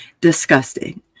disgusting